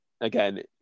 again